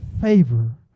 favor